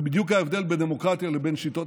זה בדיוק ההבדל בין דמוקרטיה לבין שיטות